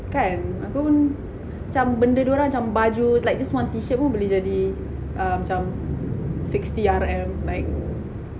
kan aku pun macam benda dia orang macam baju just one T shirt pun boleh jadi err macam sixty R_M like